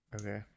Okay